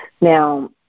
Now